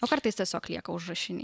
o kartais tiesiog lieka užrašinėj